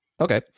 Okay